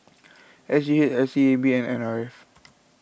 S G H S E A B and N R F